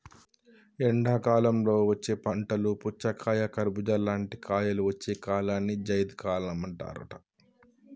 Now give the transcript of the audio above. ఎండాకాలంలో వచ్చే పంటలు పుచ్చకాయ కర్బుజా లాంటి కాయలు వచ్చే కాలాన్ని జైద్ అంటారట